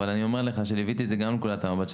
אבל אני אומר לך שליוויתי את זה גם מנקודת המבט של